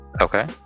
okay